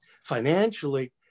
financially